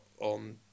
on